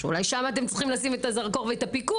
שאולי שם אתם צריכים לשים את הזרקור והפיקוח